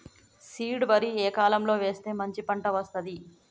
Seed వరి ఏ కాలం లో వేస్తే మంచి పంట వస్తది?